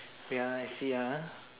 wait ah I see ah